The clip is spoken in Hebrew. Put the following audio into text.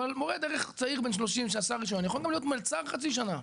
אבל מורה דרך צעיר בן 30 שעשה רישיון יכול להיות מלצר חצי שנה.